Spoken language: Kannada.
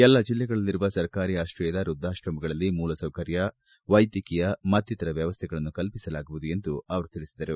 ಎಲ್ಲಾ ಜಿಲ್ಲೆಗಳಲ್ಲಿರುವ ಸರ್ಕಾರಿ ಆಕ್ರಯದ ವೃದ್ವಾತ್ರಮಗಳಲ್ಲಿ ಮೂಲಸೌಕರ್ಯ ವೈದ್ಯಕೀಯ ಮತ್ತಿತರ ವ್ಯವಸ್ಥೆಗಳನ್ನು ಕಲ್ಪಿಸಲಾಗುವುದು ಎಂದು ತಿಳಿಸಿದರು